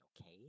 okay